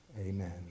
amen